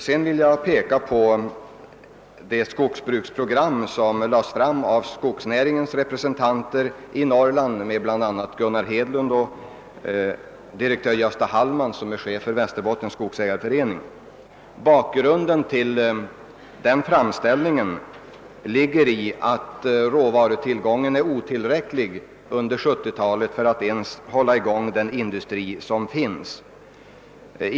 Sedan vill jag peka på det skogsbruksprogram, som den 24 april lades fram för finansministern av skogsnäringens representanter i Norrland, bland dem Gunnar Hedlund och direktör Gösta Hallman, som är chef för Västerbottens skogsägareförening. Bakgrunden till den framställningen ligger i att råvarutillgången i övre Norrland är otillräcklig under 1970-talet för att ens hålla i gång den träfiberindustri som finns där om inga åtgärder vidtas för att möjliggöra ökade skogsuttag.